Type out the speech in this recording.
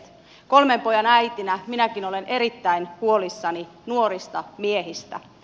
kolmen pojan äitinä minäkin olen erittäin huolissani nuorista miehistä